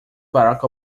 barack